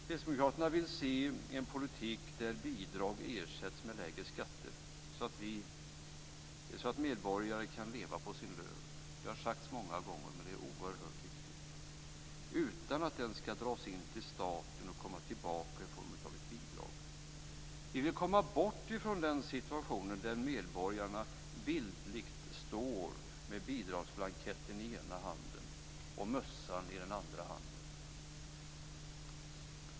Kristdemokraterna vill se en politik där bidrag ersätts med lägre skatter så att medborgare kan leva på sin lön - det har sagts många gånger, men det är oerhört viktigt - utan att den skall dras in till staten och komma tillbaka i form av ett bidrag. Vi vill komma bort från den situationen där medborgarna bildligt står med bidragsblanketten i den ena handen och mössan i den andra.